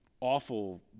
awful